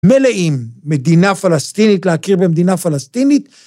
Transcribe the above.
מלאים מדינה פלסטינית להכיר במדינה פלסטינית.